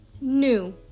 New